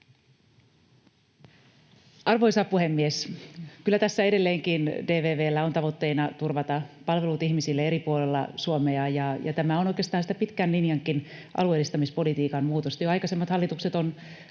Arvoisa puhemies! Kyllä tässä edelleenkin DVV:llä on tavoitteena turvata palvelut ihmisille eri puolella Suomea, ja tämä on oikeastaan sitä pitkänkin linjan alueellistamispolitiikan muutosta.